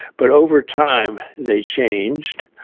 but over time they changed.